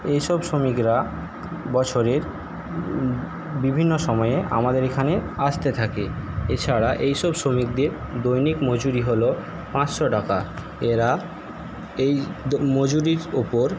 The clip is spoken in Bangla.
এইসব শ্রমিকরা বছরের বিভিন্ন সময়ে আমাদের এখানে আসতে থাকে এছাড়া এইসব শ্রমিকদের দৈনিক মজুরী হলো পাঁচশো টাকা এরা এই মজুরীর ওপর